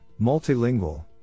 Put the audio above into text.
Multilingual